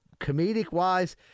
comedic-wise